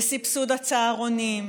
סבסוד הצהרונים,